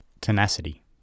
Tenacity